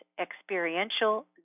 experiential